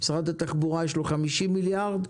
למשרד התחבורה יש 50 מיליארד שקלים.